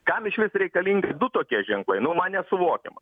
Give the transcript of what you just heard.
kam išvis reikalingi du tokie ženklai nu man nesuvokiama